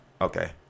Okay